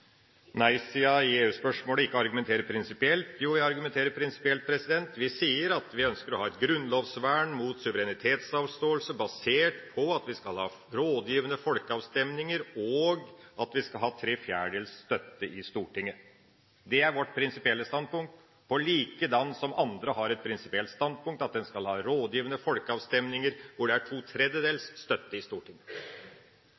ikke argumenterer prinsipielt. Jo, jeg argumenterer prinsipielt. Vi sier at vi ønsker å ha et grunnlovsvern mot suverenitetsavståelse basert på at vi skal ha rådgivende folkeavstemninger, og at vi skal ha tre fjerdedels støtte i Stortinget. Det er vårt prinsipielle standpunkt, på lik linje med andre som har et prinsipielt standpunkt om at en skal ha rådgivende folkeavstemninger hvor det er to